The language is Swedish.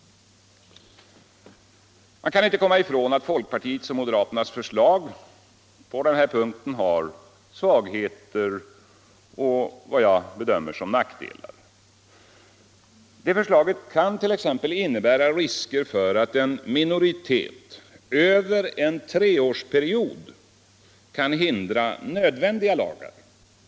Man kan inte komma ifrån att folkpartiets och moderaternas förslag på denna punkt har svagheter och vad jag bedömer som nackdelar. Det förslaget kan t.ex. innebära risker för att en minoritet över en treårsperiod kan hindra nödvändiga lagar.